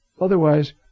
Otherwise